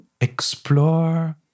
explore